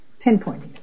pinpointing